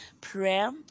prayer